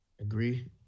Agree